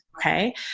Okay